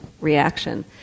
reaction